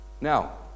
Now